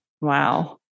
Wow